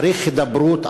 צריך הידברות.